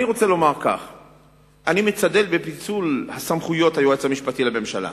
אני מצדד בפיצול סמכויות היועץ המשפטי לממשלה.